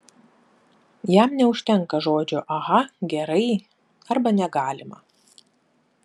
jam neužtenka žodžio aha gerai arba negalima